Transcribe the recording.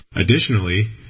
Additionally